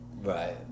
right